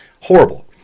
Horrible